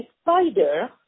spider